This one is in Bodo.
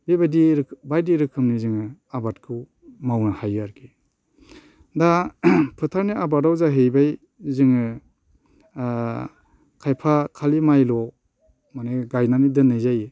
बेबायदि बायदि रोखोमनि जोङो आबादखौ मावनो हायो आरोखि दा फोथारनि आबादाव जाहैबाय जोङो खायफा खालि माइल' माने गायनानै दोननाय जायो